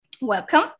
welcome